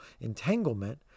entanglement